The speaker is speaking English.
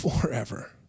forever